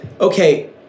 okay